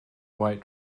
white